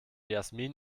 jasmin